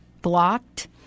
blocked